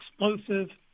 explosive